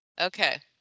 okay